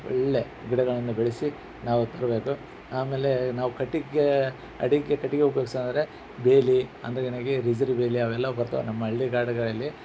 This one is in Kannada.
ಒಳ್ಳೆಯ ಗಿಡಗಳನ್ನು ಬೆಳೆಸಿ ನಾವು ತರಬೇಕು ಆಮೇಲೆ ನಾವು ಕಟ್ಟಿಗೆ ಅಡುಗೆ ಕಟ್ಟಿಗೆ ಉಪಯೋಗ್ಸೋದಂದ್ರೆ ಬೇಲಿ ಅವೆಲ್ಲ ಬರ್ತವೆ ನಮ್ಮ ಹಳ್ಳಿಗಾಡುಗಳಲ್ಲಿ